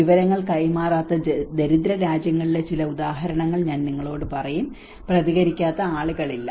വിവരങ്ങൾ കൈമാറാത്ത ദരിദ്ര രാജ്യങ്ങളിലെ ചില ഉദാഹരണങ്ങൾ ഞാൻ നിങ്ങളോട് പറയും പ്രതികരിക്കാത്ത ആളുകൾ ഇല്ല